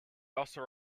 also